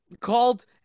called